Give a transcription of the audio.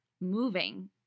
moving